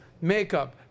makeup